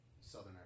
southern